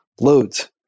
loads